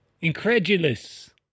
Incredulous